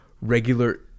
regular